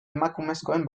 emakumezkoen